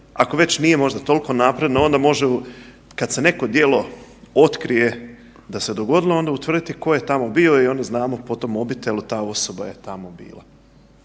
ako već nije možda tolko napredna onda može kad se neko djelo otkrije da se dogodilo onda utvrditi ko je tamo bio i onda znamo po tom mobitelu ta osoba je tamo bila.